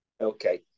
Okay